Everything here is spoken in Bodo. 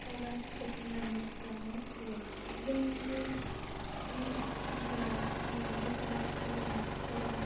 सावगारि खेबखांनानै लांनाय जायो जोंनि नि ओनसोलआव दावबायारिफोरा फैयोब्ला गोबां